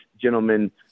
gentlemen